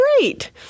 great